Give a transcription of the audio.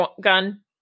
gun